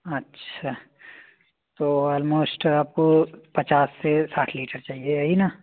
अच्छा तो आलमोस्ट आपको पचास से साठ लीटर चाहिए यही न